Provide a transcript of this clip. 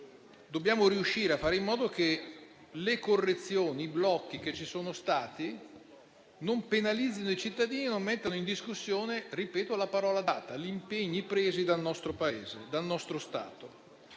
dobbiamo riuscire a fare in modo che le correzioni e i blocchi che ci sono stati non penalizzino i cittadini e non mettano in discussione la parola data, gli impegni presi dal nostro Paese. Sono quindi